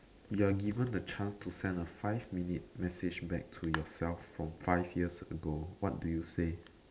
you are given the chance to send a five minute message back to your self from five years ago what do you say